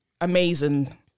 amazing